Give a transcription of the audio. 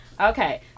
Okay